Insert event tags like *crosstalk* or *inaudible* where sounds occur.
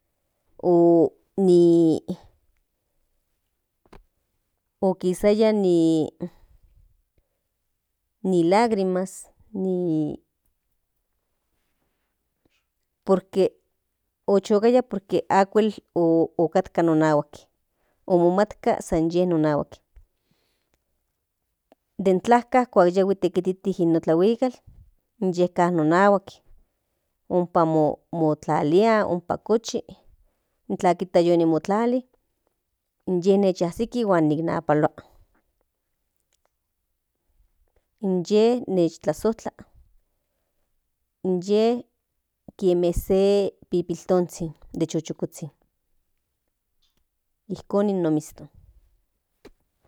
O ni okisaia ni lagrimas ni ochokaya por que akuel otkatka mo nahuak omonatka san ye monahuak den tlajka kuak yahui tikitihue o tlahuikal inye ka monahual ompa mo tlalia ompa ni motlali inye nikiaziti huan nikinpaolua inye nijtlazojtla inye kienme se pipiltonzhin de chokozhin ijkon no miston. *noise*